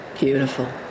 Beautiful